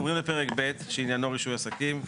אנחנו עוברים לפרק ב', שעניינו רישוי עסקים.